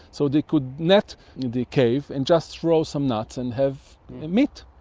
so they could net the cave and just throw some nuts and have meat.